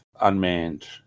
unmanned